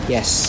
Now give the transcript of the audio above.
Yes